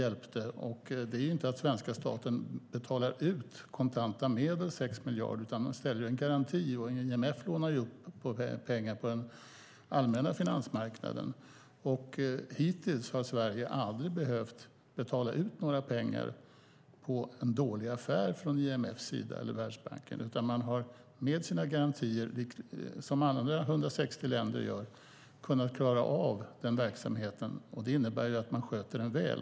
Det handlar inte om att den svenska staten betalar ut 6 miljarder i kontanta medel, utan man lämnar en garanti. IMF lånar upp pengar på den allmänna finansmarknaden. Hittills har Sverige aldrig behövt betala ut några pengar på grund av en dålig affär från IMF:s eller Världsbankens sida. Med de garantier som alla 160 länder lämnar har de kunnat klara av den verksamheten. Det innebär att de sköter den väl.